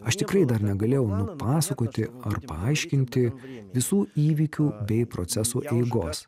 aš tikrai dar negalėjau nupasakoti ar paaiškinti visų įvykių bei procesų eigos